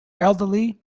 elderly